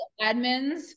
Admins